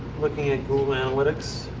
looking at google analytics.